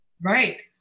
Right